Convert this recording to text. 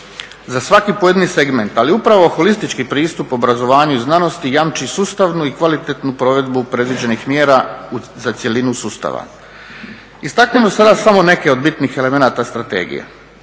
za svaki pojedini segment, ali upravo holistički pristup obrazovanju i znanosti jamči sustavnu i kvalitetnu provedbu predviđenih mjera za cjelinu sustava. Istaknimo sada samo neke od bitnih elemenata strategije.